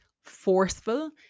forceful